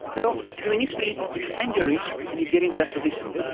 well, you initially extend your reach and you get into that position.